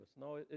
No